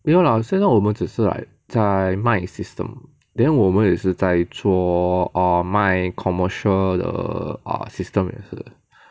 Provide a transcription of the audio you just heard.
没有 lah 现在我们只是 like 在买 system then 我们也是在做买 commercial 的 err system 也是